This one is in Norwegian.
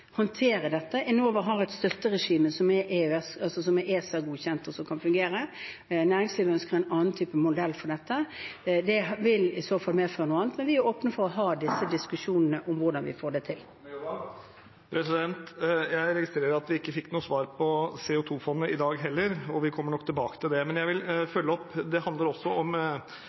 håndtere dette. Enova har et støtteregime som er ESA-godkjent, og som kan fungere. Næringslivet ønsker en annen type modell for dette. Det vil i så fall medføre noe annet, men vi er åpne for å ha disse diskusjonene om hvordan vi får det til. Ole André Myhrvold – til oppfølgingsspørsmål. Jeg registrerer at vi ikke fikk noe svar på spørsmålet om CO 2 -fond i dag heller, og vi kommer nok tilbake til det. Men jeg vil følge opp med noe som også handler om